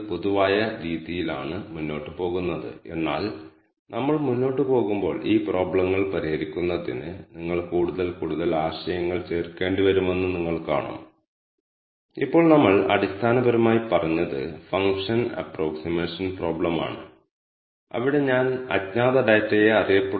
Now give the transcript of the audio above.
കൂടാതെ 7 വേരിയബിളുകൾ ട്രിപ്പ് നീളം പരമാവധി വേഗത ഏറ്റവും പതിവ് വേഗത യാത്രയുടെ ദൈർഘ്യം ബ്രേക്കുകൾ നിഷ്ക്രിയ സമയം ഹോണിംഗ് എന്നിവയാണ് ഇവ ഓരോ യാത്രയിലും ശ്രദ്ധിക്കപ്പെടുന്നു